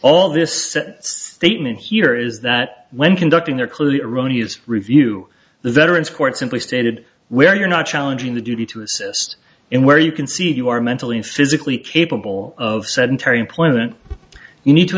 all this statement here is that when conducting their clearly erroneous review the veterans court simply stated where you're not challenging the duty to assist in where you can see you are mentally and physically capable of sedentary employment you need to